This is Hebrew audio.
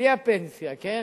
בלי הפנסיה, כן?